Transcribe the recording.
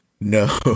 No